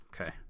okay